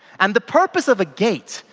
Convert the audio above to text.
and the purpose of a gate,